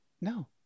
No